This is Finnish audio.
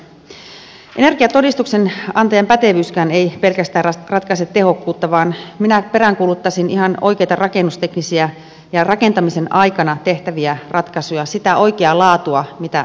energiatodistuksen antajan pätevyyskään ei pelkästään ratkaise tehokkuutta vaan minä peräänkuuluttaisin ihan oikeita rakennusteknisiä ja rakentamisen aikana tehtäviä ratkaisuja sitä oikeaa laatua mitä rakentamisella tulee tavoitella